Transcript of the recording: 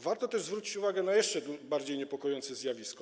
Warto też zwrócić uwagę na jeszcze bardziej niepokojące zjawisko.